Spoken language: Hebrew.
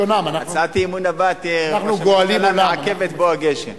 הצעת האי-אמון הבאה תהיה: ראש הממשלה מעכב את בוא הגשם.